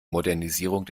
modernisierung